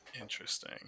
Interesting